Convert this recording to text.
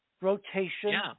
Rotation